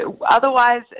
otherwise